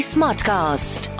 Smartcast